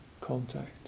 contact